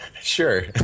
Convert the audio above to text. Sure